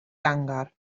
fangor